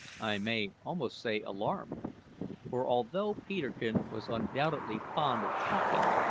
i may almost say alarmed for although peterkin was undoubtedly fond of talking,